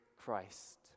Christ